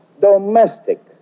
domestic